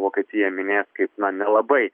vokietiją minės kaip na nelabai